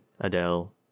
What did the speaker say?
Adele